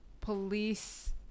police